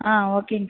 ஆ ஓகேங்க